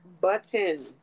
button